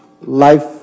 life